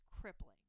crippling